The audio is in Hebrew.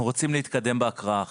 אנחנו רוצים להתקדם בהקראה עכשיו.